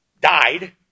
died